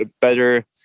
better